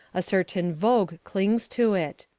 a certain vogue clings to it.